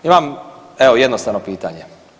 Imam evo, jednostavno pitanje.